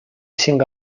cinc